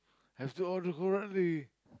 I steal all the leh